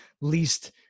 least